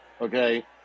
okay